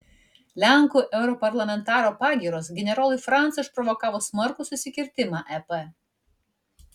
lenkų europarlamentaro pagyros generolui franco išprovokavo smarkų susikirtimą ep